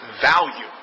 value